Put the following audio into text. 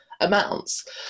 amounts